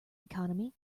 economy